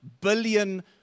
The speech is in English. billion